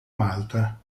malta